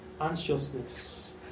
anxiousness